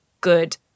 Good